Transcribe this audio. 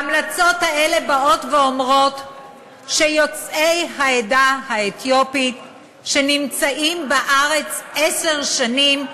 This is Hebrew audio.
ההמלצות האלה באות ואומרות שיוצאי העדה האתיופית שנמצאים בארץ עשר שנים,